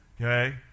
Okay